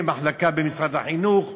מחלקה במשרד החינוך,